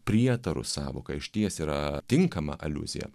prietarų sąvoka išties yra tinkama aliuzija